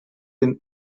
been